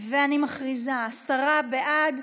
אני מכריזה: עשרה בעד,